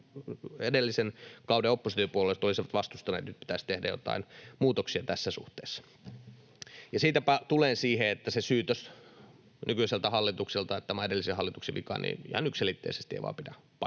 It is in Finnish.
edellisen kauden oppositiopuolueet olisivat vastustaneet ja todenneet, että nyt pitäisi tehdä jotain muutoksia tässä suhteessa. Ja siitäpä tulen siihen, että se syytös nykyiseltä hallitukselta, että tämä on edellisen hallituksen vika, ihan yksiselitteisesti ei vain pidä paikkaansa.